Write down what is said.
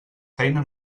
feina